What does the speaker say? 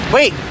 Wait